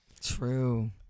True